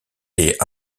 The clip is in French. est